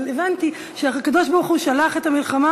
אבל הבנתי שהקדוש-ברוך-הוא שלח את המלחמה